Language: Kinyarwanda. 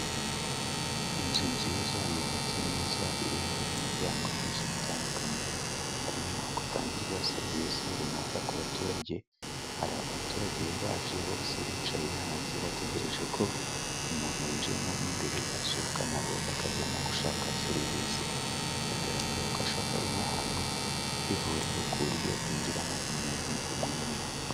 Inzu nziza yubatse neza iriho imiryango myinshi itandukanye. Harimo kutangirwa serivisi runaka ku baturage. Hari abaturage bari baje bose bicaye hanze bategereje ko umuntu winjiyemo mo imbere yasohoka, na bo bakajyamo gushaka serivisi. Biragaragara ko hashobora kuba ari nk'ahantu h'ivuriro, ku buryo hinjiramo umuntu umwumwe.